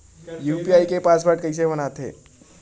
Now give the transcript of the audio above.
UPI के password कइसे बनाथे?